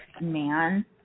man